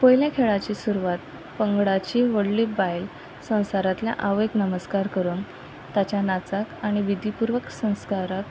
पयल्या खेळाची सुरवात पंगडाची व्हडली बायल संवसारांतल्या आवयक नमस्कार करून ताच्या नाचाक आनी विधीपूर्वक संस्काराक